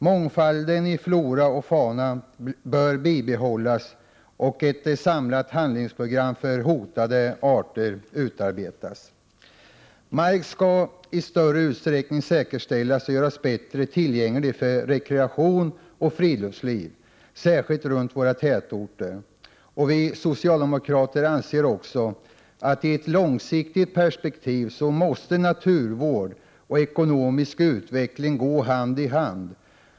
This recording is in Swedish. Mångfalden i flora och fauna bör bibehållas och ett samlat handlingsprogram för hotade arter utarbetas. Mark skall i större utsträckning säkerställas och göras bättre tillgänglig för rekreation och friluftsliv, särskilt runt våra tätorter. Vi socialdemokrater anser också att i ett långsiktigt perspektiv måste naturvård och ekonomisk utveckling gå hand i hand.